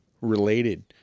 related